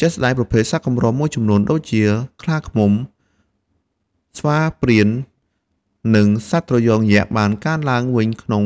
ជាក់ស្តែង ប្រភេទសត្វកម្រមួយចំនួនដូចជា ខ្លាឃ្មុំ ស្វាព្រាហ្មណ៍ និងសត្វត្រយងយក្ស បានកើនឡើងវិញក្នុង